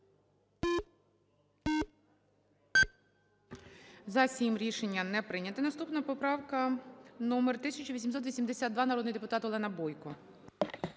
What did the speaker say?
За-7 Рішення не прийнято. Наступна поправка номер 1882. Народний депутат Олена Бойко.